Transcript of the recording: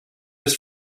was